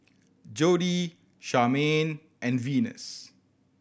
Jodie Charmaine and Venus